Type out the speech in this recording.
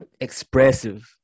expressive